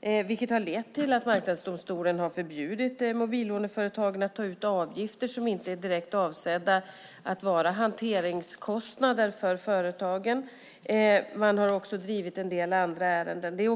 Det har lett till att marknadsdomstolen har förbjudit mobillåneföretagen att ta ut avgifter som inte är direkta hanteringskostnader för företagen. Man har också drivit en del andra ärenden.